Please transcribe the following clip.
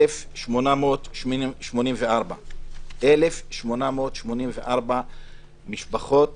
1,884. 1,884 משפחות